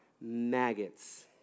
maggots